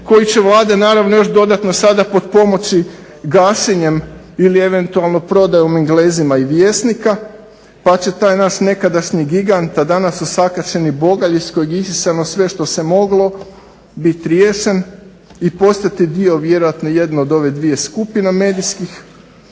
koji će vlade naravno još dodatno sada potpomoći gašenjem ili eventualno prodajom Englezima i Vjesnika pa će taj naš nekadašnji gigant, a danas osakaćeni bogalj iz kojeg je isisano sve što se moglo bit riješen i postati dio vjerojatno jedne od ove dvije skupine medijske,